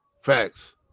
Facts